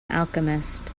alchemist